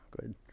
good